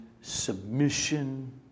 submission